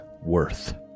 worth